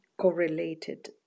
correlated